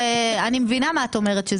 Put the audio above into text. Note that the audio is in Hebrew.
אני מבינה מה את אומרת,